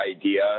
idea